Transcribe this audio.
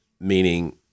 meaning